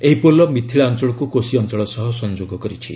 ଏହି ପୋଲ୍ ମିଥିଳା ଅଞ୍ଚଳକୁ କୋଶି ଅଞ୍ଚଳ ସହ ସଂଯୋଗ କରିଛି